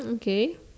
okay